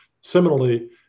Similarly